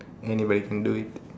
anybody can do it